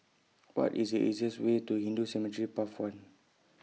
What IS The easiest Way to Hindu Cemetery Path one